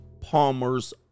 Palmer's